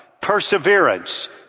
Perseverance